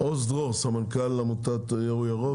עוז דרור, סמנכ"ל עמותת אור ירוק.